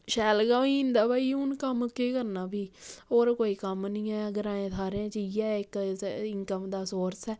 शैल गै होई जंदा भाई हून कम्म केह् करना भी होर कोई कम्म निं ऐ ग्राएं थाह्रें च इ'यै इक इनकम दा सोर्स ऐ